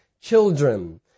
children